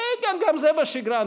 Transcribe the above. כי גם זה בשגרה.